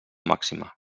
màxima